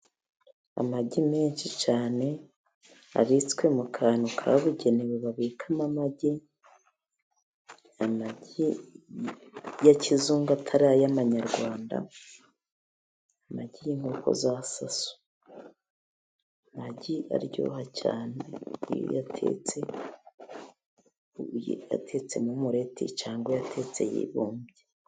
Amagi menshi cyane abitswe mu kantu kabugenewe babikamo amagi. Amagi ya kizungu atari ay’amanyarwanda, amagi y’inkoko za sasu. Amagi aryoha cyane iyo uyatetsemo umureti cyangwa uyatetse yibumbye.